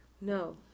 No